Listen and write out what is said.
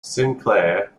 sinclair